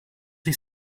ich